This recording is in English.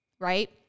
right